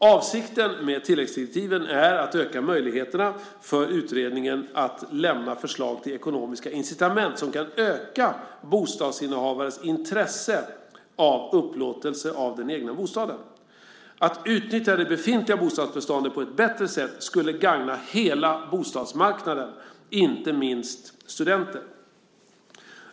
Avsikten med tilläggsdirektiven är att öka möjligheterna för utredningen att lämna förslag till ekonomiska incitament som kan öka bostadsinnehavarens intresse av upplåtelse av den egna bostaden. Att utnyttja det befintliga bostadsbeståndet på ett bättre sätt skulle gagna hela bostadsmarknaden, inte minst studenter.